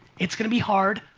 it's gonna be hard.